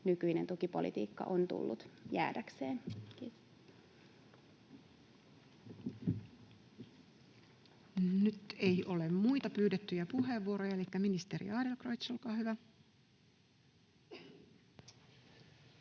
nykyinen tukipolitiikka on tullut jäädäkseen. — Kiitos. Nyt ei ole muita pyydettyjä puheenvuoroja, elikkä ministeri Adlercreutz, olkaa hyvä.